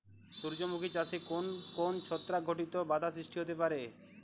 সূর্যমুখী চাষে কোন কোন ছত্রাক ঘটিত বাধা সৃষ্টি হতে পারে?